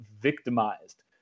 victimized